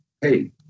hey